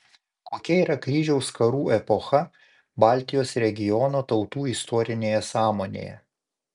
kokia yra kryžiaus karų epocha baltijos regiono tautų istorinėje sąmonėje